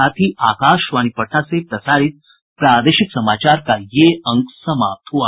इसके साथ ही आकाशवाणी पटना से प्रसारित प्रादेशिक समाचार का ये अंक समाप्त हुआ